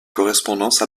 correspondance